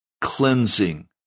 cleansing